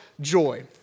joy